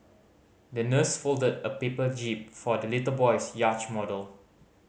the nurse folded a paper jib for the little boy's yacht model